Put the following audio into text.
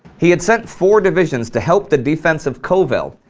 he had sent four divisions to help the defense of kovel,